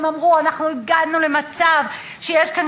הם אמרו: אנחנו הגענו למצב שיש כאן